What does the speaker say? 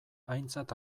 aintzat